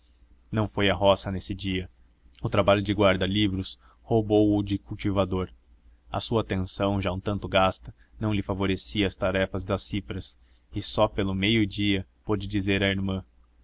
não foi à roça nesse dia o trabalho de guarda-livros roubou o de cultivador a sua atenção já um tanto gasta não lhe favorecia a tarefa das cifras e só pelo meio-dia pôde dizer à irmã